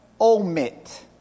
omit